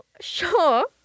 sure